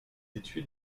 étude